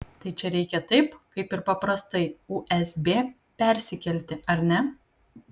tai čia reikia taip kaip ir paprastai usb persikeli ar ne